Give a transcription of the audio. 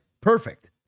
Perfect